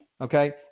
Okay